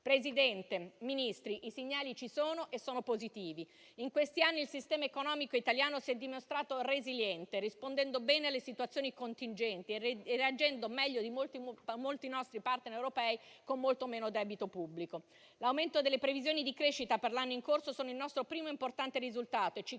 Presidente, Ministri, i segnali ci sono e sono positivi. In questi anni il sistema economico italiano si è dimostrato resiliente, rispondendo bene alle situazioni contingenti e reagendo meglio di molti nostri *partner* europei con molto meno debito pubblico. L'aumento delle previsioni di crescita per l'anno in corso è il nostro primo importante risultato e ci